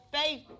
faith